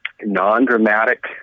non-dramatic